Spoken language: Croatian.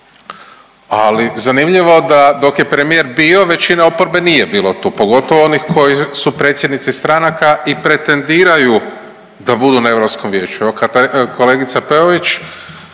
ali zanimljivo da dok je premijer bio većine oporbe nije bilo tu, pogotovo onih koji su predsjednici stranaka i pretendiraju da budu na Europskom vijeću. Evo kolegica Peović,